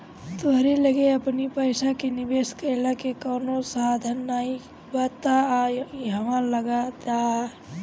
तोहरी लगे अपनी पईसा के निवेश कईला के कवनो साधन नाइ बा तअ इहवा लगा दअ